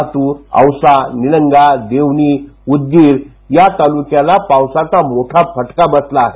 लातूर औसा निलंगा देवणी उदगीर या तालुक्याला मोठ्या फटका बसला आहे